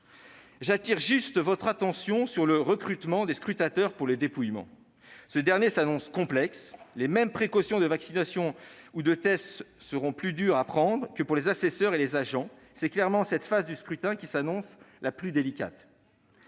J'attire simplement votre attention sur le recrutement des scrutateurs pour le dépouillement. Ce dernier s'annonce complexe : les mêmes précautions de vaccination ou de test seront plus dures à prendre que pour les assesseurs et les agents. C'est bien cette phase du scrutin qui s'annonce la plus délicate.